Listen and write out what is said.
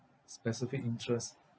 specific interest